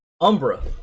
Umbra